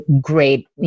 great